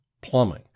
plumbing